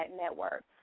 Network